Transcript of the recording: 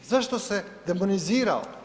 Zašto se demonizirao?